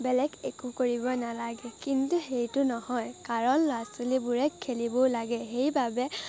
বেলেগ একো কৰিব নালাগে কিন্তু সেইটো নহয় কাৰণ ল'ৰা ছোৱালীবোৰে খেলিবও লাগে সেইবাবে